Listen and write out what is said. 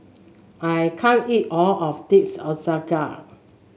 I can't eat all of this Ochazuke